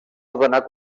ordenar